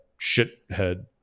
shithead